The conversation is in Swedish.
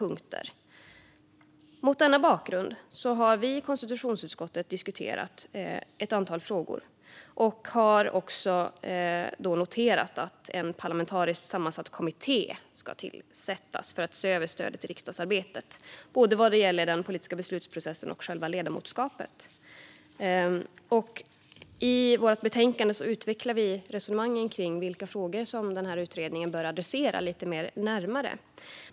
Utredning om stödet till den politiska beslutsprocessen och ledamotskapet i riksdagen Mot denna bakgrund har vi i konstitutionsutskottet diskuterat ett antal frågor och kommit fram till att en parlamentariskt sammansatt kommitté ska tillsättas för att se över stödet i riksdagsarbetet gällande både den politiska beslutsprocessen och själva ledamotskapet. I vårt betänkande utvecklar vi resonemangen kring vilka frågor den här utredningen bör adressera lite närmare.